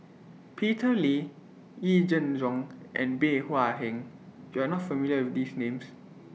Peter Lee Yee Jenn Jong and Bey Hua Heng YOU Are not familiar with These Names